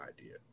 idea